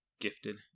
gifted